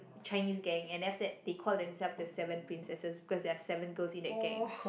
Chinese gang and then after that they called themselves the seven princesses because there were seven girls in that gang